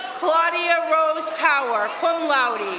claudia rose tower, cum laude,